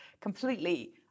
completely